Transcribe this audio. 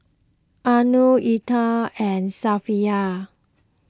Anuar Intan and Safiya